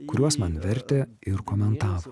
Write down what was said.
kuriuos man vertė ir komentavo